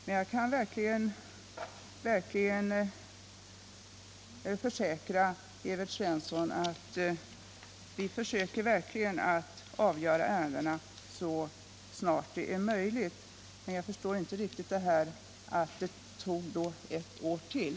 Men jag kan försäkra Evert Svensson att vi försöker avgöra ärendena så snart det är möjligt. Jag förstår inte riktigt att det tog ett år till.